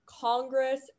congress